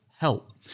help